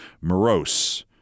morose